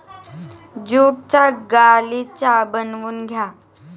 ज्यूटचा गालिचा बनवून घ्या